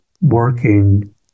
working